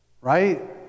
Right